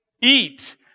eat